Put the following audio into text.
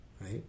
right